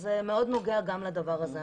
וזה מאוד נוגע גם לדבר הזה.